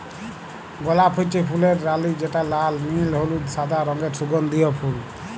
গলাপ হচ্যে ফুলের রালি যেটা লাল, নীল, হলুদ, সাদা রঙের সুগন্ধিও ফুল